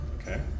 Okay